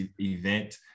event